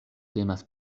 temas